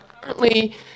currently